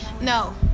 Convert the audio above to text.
No